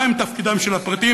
מהו תפקידם של הפרטים,